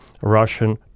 Russian